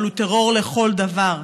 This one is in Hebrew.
אבל הוא טרור לכל דבר.